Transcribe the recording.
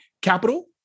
capital